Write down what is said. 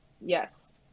Yes